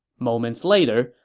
moments later,